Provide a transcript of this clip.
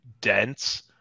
dense